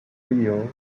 trio